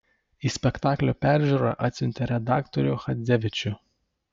į spektaklio peržiūrą atsiuntė redaktorių chadzevičių